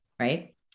right